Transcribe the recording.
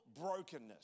brokenness